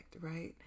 right